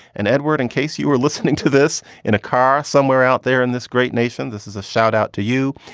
and edward, in case you were listening to this in a car somewhere out there in this great nation. this is a shout out to you.